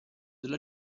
della